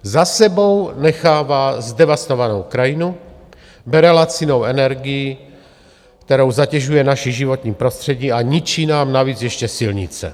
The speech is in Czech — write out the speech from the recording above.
Za sebou nechává zdevastovanou krajinu, bere lacinou energii, kterou zatěžuje naše životní prostředí, a ničí nám navíc ještě silnice.